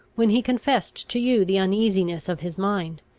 when he confessed to you the uneasiness of his mind,